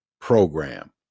program